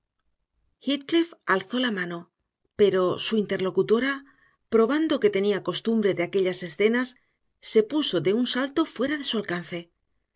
alzó la mano pero su interlocutora probando que tenía costumbre de aquellas escenas se puso de un salto fuera de su alcance